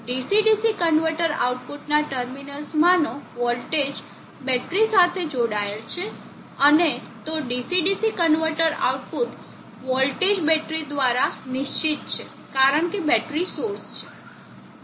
DC DC converter આઉટપુટના ટર્મિનલ્સમાંનો voltage battery સાથે જોડાયેલ છે અને તો DC DC કન્વર્ટરનું આઉટપુટ વોલ્ટેજ બેટરી દ્વારા નિશ્ચિત છે કારણ કે બેટરી સોર્સ છે